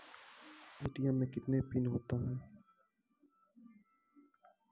ATM मे कितने PIN होता हैं?